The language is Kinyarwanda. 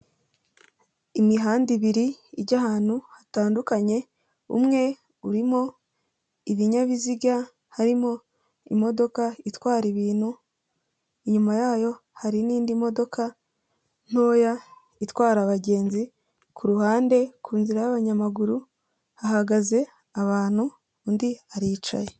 Imihanda ibiri ijya ahantu hatandukanye, umwe urimo ibinyabiziga harimo imodoka itwara ibintu, inyuma yayo hari n'indi modoka ntoya itwara abagenzi, ku ruhande kunzira y'abanyamaguru hagaze abantu undi aricaye.